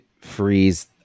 freeze